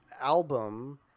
album